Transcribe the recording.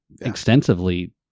extensively